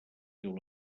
diu